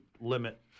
limit